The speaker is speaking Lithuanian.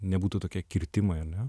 nebūtų tokie kirtimai ane